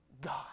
God